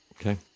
okay